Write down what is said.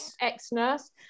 ex-nurse